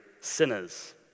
Sinners